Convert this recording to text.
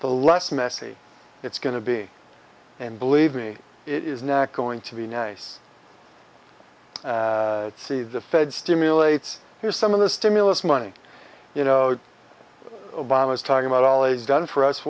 the less messy it's going to be and believe me it is not going to be nice to see the fed stimulates here's some of the stimulus money you know obama is talking about all is done for us